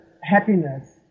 happiness